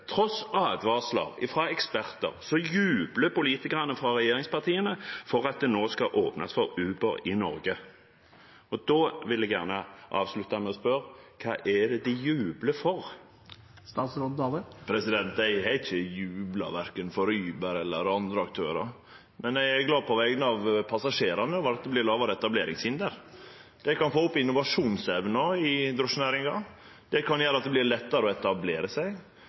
tross for dette, tross advarsler fra eksperter, jubler politikerne fra regjeringspartiene for at det nå skal åpnes for Uber i Norge. Da vil jeg gjerne avslutte med å spørre: Hva er det de jubler for? Eg har ikkje jubla, korkje for Uber eller andre aktørar. Men eg er glad på vegner av passasjerane og for at det vert lågare etableringshinder. Det kan få opp innovasjonsevna i drosjenæringa. Det kan gjere at det vert lettare å etablere seg,